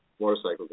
motorcycle